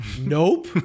Nope